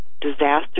disaster